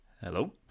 Hello